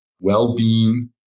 well-being